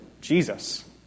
Jesus